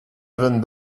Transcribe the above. even